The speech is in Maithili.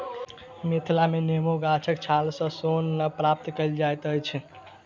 मिथिला मे नेबो गाछक छाल सॅ सोन नै प्राप्त कएल जाइत अछि